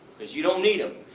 because you don't need them.